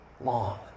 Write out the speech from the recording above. long